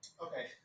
okay